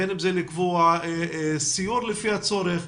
בין אם זה לקבוע סיור לפי הצורך,